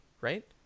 Right